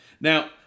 Now